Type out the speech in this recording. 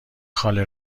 خاله